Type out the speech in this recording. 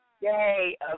yay